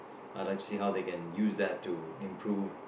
I like to see how they can use that to improve